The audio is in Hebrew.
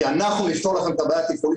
כי אנחנו נפתור לכם את הבעיה התפעולית,